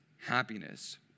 happiness